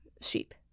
sheep